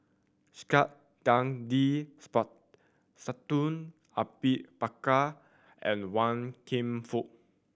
Saktiandi Supaat Sultan Abu Bakar and Wan Kam Fook